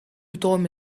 توم